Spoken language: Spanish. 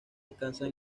descansan